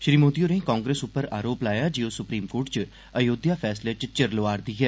श्री मोदी होरें कांग्रेस उप्पर आरोप लाया जे ओह सुप्रीम कोर्ट च अयोध्या फैसले च चिर लोआ रदी ऐ